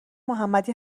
محمدی